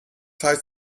heißt